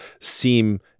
seem